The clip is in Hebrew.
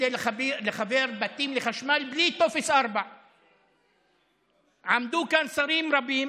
כדי לחבר בתים לחשמל בלי טופס 4. עמדו כאן שרים רבים